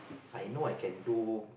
I know I can do